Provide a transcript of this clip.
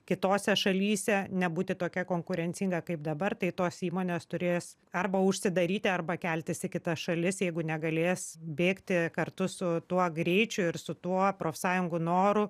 kitose šalyse nebūti tokia konkurencinga kaip dabar tai tos įmonės turės arba užsidaryti arba keltis į kitas šalis jeigu negalės bėgti kartu su tuo greičiu ir su tuo profsąjungų noru